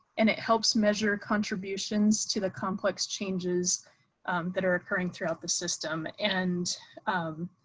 and it helps measure contributions to the complex changes that are occurring throughout the system. and um